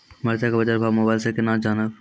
मरचा के बाजार भाव मोबाइल से कैनाज जान ब?